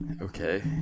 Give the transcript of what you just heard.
Okay